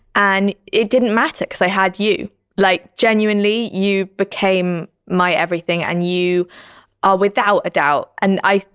and it didn't matter because i had you like genuinely, you became my everything. and you are without a doubt and i,